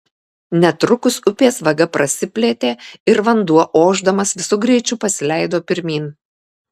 netrukus upės vaga prasiplėtė ir vanduo ošdamas visu greičiu pasileido pirmyn